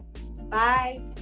Bye